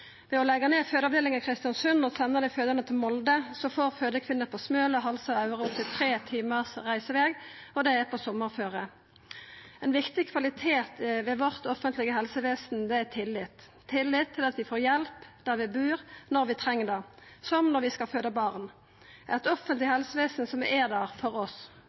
Ved å leggja ned fødeavdelinga i Kristiansund og senda dei fødande til Molde får fødande kvinner på Smøla, i Halsa og i Aure opptil tre timars reiseveg, og det er på sommarføre. Ein viktig kvalitet ved vårt offentlege helsevesen er tillit – tillit til at vi får hjelp der vi bur, når vi treng det, som når vi skal føda barn, eit offentleg helsevesen som er der for oss.